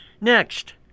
Next